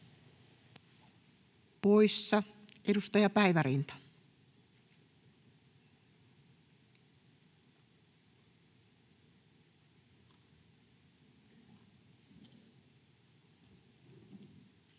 poissa. — Edustaja Päivärinta.